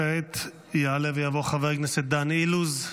כעת יעלה ויבוא חבר הכנסת דן אילוז,